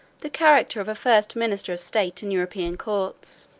the character of a first minister of state in european courts.